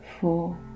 four